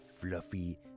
fluffy